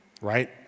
right